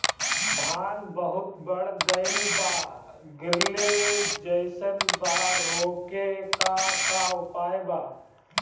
धान बहुत बढ़ गईल बा गिरले जईसन बा रोके क का उपाय बा?